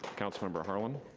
councilmember harlan.